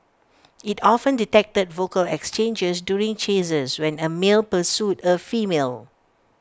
IT often detected vocal exchanges during chases when A male pursued A female